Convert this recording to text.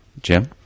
Jim